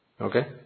Okay